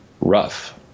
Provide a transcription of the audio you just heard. rough